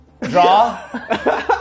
Draw